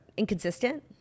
inconsistent